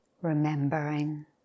remembering